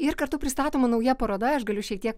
ir kartu pristatoma nauja paroda aš galiu šiek tiek